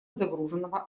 загруженного